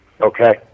Okay